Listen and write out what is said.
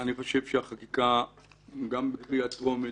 אני חושב שהחקיקה גם בקריאה טרומית